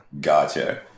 Gotcha